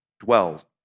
dwells